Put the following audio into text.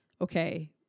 okay